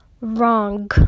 wrong